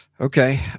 Okay